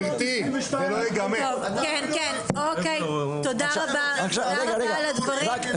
--- תודה רבה על הדברים.